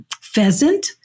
pheasant